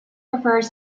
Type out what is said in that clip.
refers